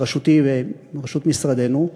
בראשותי ובראשות משרדנו.